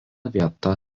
vieta